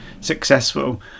successful